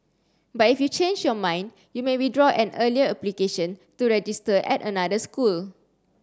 but if you change your mind you may withdraw an earlier application to register at another school